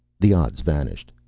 the odds vanished.